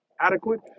adequate